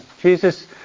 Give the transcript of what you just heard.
Jesus